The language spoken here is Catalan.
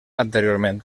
anteriorment